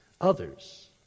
others